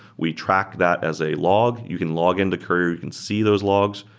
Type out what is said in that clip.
we track that as a log. you can log in to courier. you can see those logs.